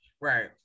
right